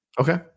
Okay